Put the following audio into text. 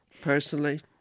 Personally